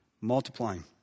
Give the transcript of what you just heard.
multiplying